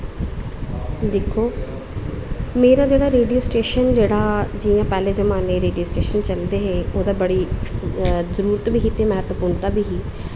दिक्खो मेरा जेह्ड़े रेडियो स्टेशन जेह्ड़ा जि'यां पैह्लें जमाने रिडियो स्टेशन चलदे हे ओह्दी बड़ी जरूरत बी ही ते म्हत्वपूर्णता बी ही